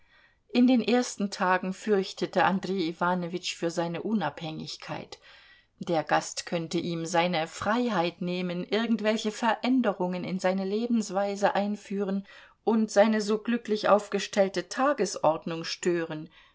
in den ersten tagen fürchtete andrej iwanowitsch für seine unabhängigkeit der gast könnte ihm seine freiheit nehmen irgendwelche veränderungen in seine lebensweise einführen und seine so glücklich aufgestellte tagesordnung stören